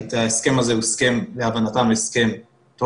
ההסכם הזה הוא להבנתם של האיגוד הסכם טוב,